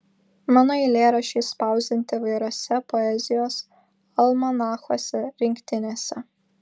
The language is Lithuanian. mano eilėraščiai spausdinti įvairiuose poezijos almanachuose rinktinėse